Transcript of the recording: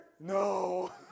No